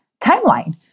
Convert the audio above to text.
timeline